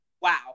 wow